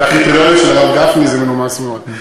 בקריטריונים של הרב גפני זה מנומס מאוד.